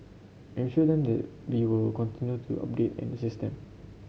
ensured them that we will continue to update and assist them